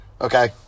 okay